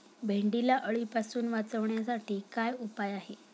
भेंडीला अळीपासून वाचवण्यासाठी काय उपाय आहे?